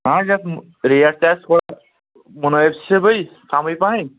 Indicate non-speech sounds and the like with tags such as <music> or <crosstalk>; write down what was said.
اَہن حظ یَتھ مہٕ ریٹ تہِ <unintelligible> مُنأسِبٕے کَمٕے پہن